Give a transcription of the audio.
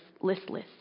listless